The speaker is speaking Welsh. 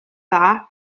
dda